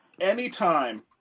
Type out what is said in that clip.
anytime